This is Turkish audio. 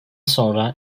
sonra